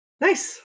Nice